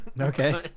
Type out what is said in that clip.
okay